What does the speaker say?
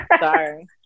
Sorry